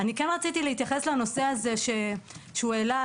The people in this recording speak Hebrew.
אני רוצה להתייחס לנושא שהוא העלה,